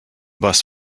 bus